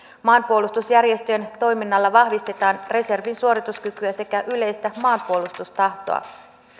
maanpuolustusjärjestöjen toiminnalla vahvistetaan reservin suorituskykyä sekä yleistä maanpuolustustahtoa